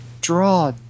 draw